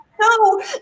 No